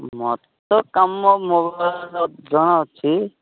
ମୋର ତ କାମ ମୋର ଜଣାଅଛି